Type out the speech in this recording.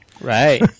Right